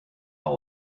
all